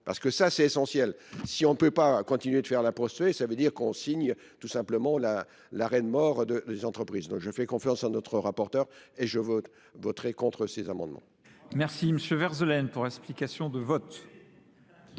Parce que ça, c'est essentiel. Si on ne peut pas continuer de faire de la prospé, ça veut dire qu'on signe tout simplement l'arrêt de mort des entreprises. Donc je fais confiance à notre rapporteur et je voterai contre ces amendements. Merci, monsieur Verzelen, pour l'explication de vote.